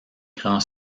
grand